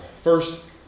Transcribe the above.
First